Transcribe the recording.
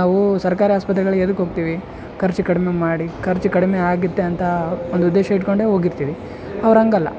ನಾವು ಸರ್ಕಾರ ಆಸ್ಪತ್ರೆಗಳಿಗೆ ಎದಕ್ಕೆ ಹೋಗ್ತೀವಿ ಖರ್ಚು ಕಡಿಮೆ ಮಾಡಿ ಖರ್ಚು ಕಡಿಮೆ ಆಗುತ್ತೆ ಅಂತ ಒಂದು ಉದ್ದೇಶ ಇಟ್ಕೊಂಡೆ ಹೋಗಿರ್ತೀವಿ ಅವ್ರು ಹಂಗಲ್ಲ